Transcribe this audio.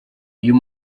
uyu